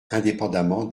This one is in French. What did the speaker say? indépendamment